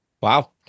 Wow